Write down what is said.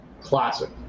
classic